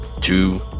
Two